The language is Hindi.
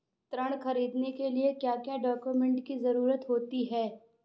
ऋण ख़रीदने के लिए क्या क्या डॉक्यूमेंट की ज़रुरत होती है?